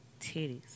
titties